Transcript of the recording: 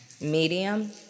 Medium